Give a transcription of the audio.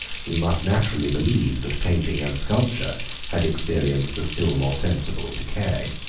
we must naturally believe that painting and sculpture had experienced a still more sensible decay.